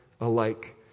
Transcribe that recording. alike